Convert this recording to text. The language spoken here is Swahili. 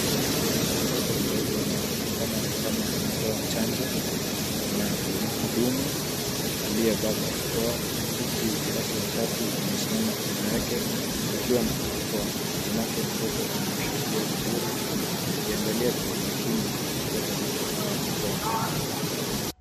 Mtoto mdogo anaonekana ni kama anapewa chanjo na muhudumu aliyevaa barakoa huku watu watatu wamesimama kando yake wakiwa na barakoa. Mamake mtoto amemshikilia vizuri akiangalia kwa umakini mtoto anapo pewa chanjo.